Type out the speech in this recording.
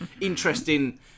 Interesting